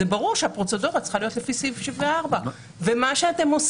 זה ברור שהפרוצדורה צריכה להיות לפי סעיף 74. אתם לא